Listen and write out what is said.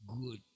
good